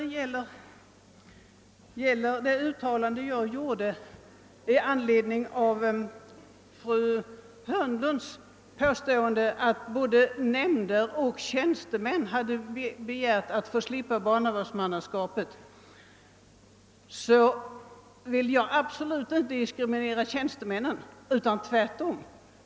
Beträffande det uttalande jag gjorde i anledning av fru Hörnlunds påstående att både nämnder och tjänstemän begärt att få slippa barnavårdsmannaskapet vill jag framhålla, att jag absolut inte önskar diskriminera tjänstemännen, tvärtom.